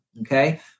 Okay